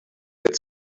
its